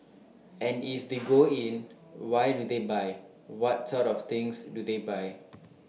and if they go in why do they buy what sort of things do they buy